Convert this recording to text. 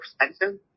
expensive